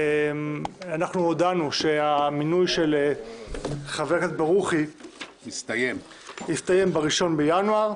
אנחנו הודענו שהמינוי של חבר הכנסת ברוכי יסתיים ב-1 בינואר.